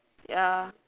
ya